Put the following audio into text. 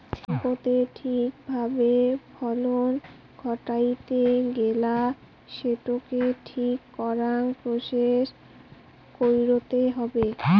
হেম্পের ঠিক ভাবে ফলন ঘটাইতে গেলা সেটোকে ঠিক করাং প্রসেস কইরতে হবে